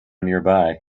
nearby